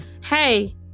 Hey